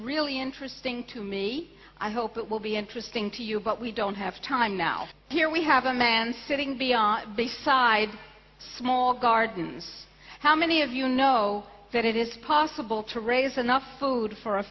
really interesting to me i hope it will be interesting to you but we don't have time now here we have a man sitting beyond bayside small gardens how many of you know that it is possible to raise enough food for a